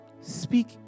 Speak